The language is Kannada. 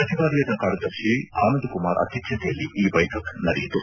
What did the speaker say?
ಸಚಿವಾಲಯದ ಕಾರ್ಯದರ್ಶಿ ಆನಂದಕುಮಾರ್ ಅಧ್ಯಕ್ಷತೆಯಲ್ಲಿ ಈ ಬೈಠಕ್ ನಡೆಯಿತು